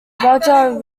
roger